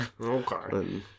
okay